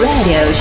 Radio